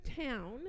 town